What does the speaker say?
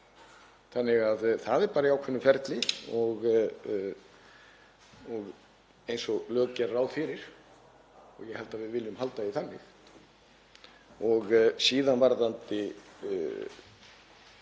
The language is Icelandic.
Þannig að það er bara í ákveðnu ferli eins og lög gera ráð fyrir og ég held að við viljum halda því þannig.